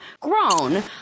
grown